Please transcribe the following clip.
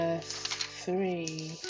three